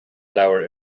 leabhar